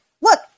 look